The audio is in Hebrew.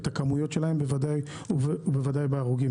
בוודאי עם הרוגים?